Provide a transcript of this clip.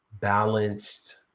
balanced